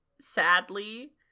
sadly